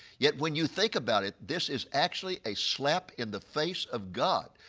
yet, when you think about it this is actually a slap in the face of god,